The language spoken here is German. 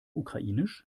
ukrainisch